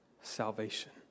salvation